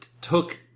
took